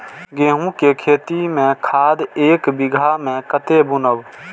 गेंहू के खेती में खाद ऐक बीघा में कते बुनब?